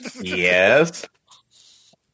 Yes